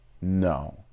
No